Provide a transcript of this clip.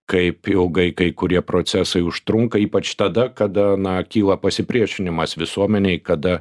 kaip ilgai kai kurie procesai užtrunka ypač tada kada na kyla pasipriešinimas visuomenėj kada